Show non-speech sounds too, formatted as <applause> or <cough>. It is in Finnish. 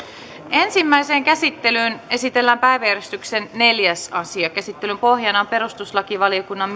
ensimmäiseen käsittelyyn esitellään päiväjärjestyksen neljäs asia käsittelyn pohjana on perustuslakivaliokunnan <unintelligible>